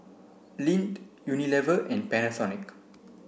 Lindt Unilever and Panasonic